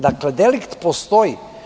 Dakle, delikt postoji.